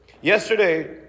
Yesterday